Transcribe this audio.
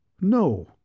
No